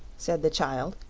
said the child,